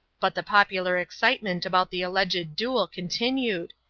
but the popular excitement about the alleged duel continued,